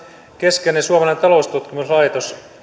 keskeinen suomalainen taloustutkimuslaitos on